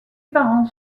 parents